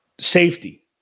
safety